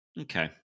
Okay